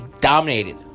dominated